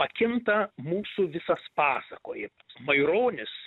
pakinta mūsų visas pasakojimas maironis